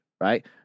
right